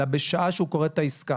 אלא בשעה שהוא כורת את העסקה